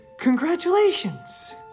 Congratulations